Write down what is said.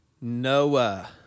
Noah